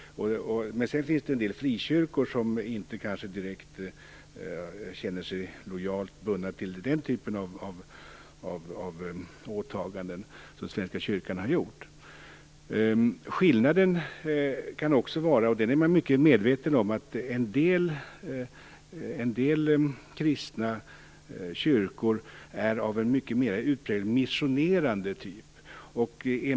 Men det finns också en del frikyrkor som inte känner sig lojalt bundna till den typen av åtaganden som Svenska kyrkan har gjort. En skillnad, som man är mycket medveten om, är också att en del kristna kyrkor är av en mycket mera utpräglat missionerande typ.